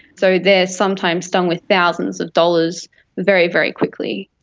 so they are sometimes stung with thousands of dollars very, very quickly.